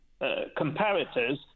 comparators